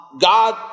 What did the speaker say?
God